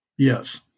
Yes